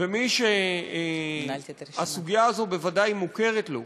ומי שהסוגיה הזו בוודאי מוכרת לו,